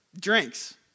drinks